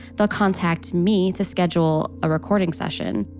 they'll contact me to schedule a recording session.